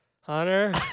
Hunter